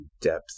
depth